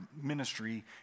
ministry